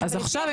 עכשיו,